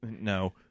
No